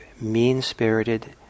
mean-spirited